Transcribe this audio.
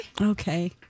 Okay